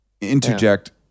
interject